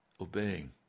obeying